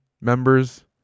members